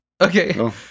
Okay